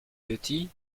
petit